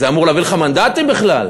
זה אמור להביא לך מנדטים בכלל.